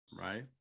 right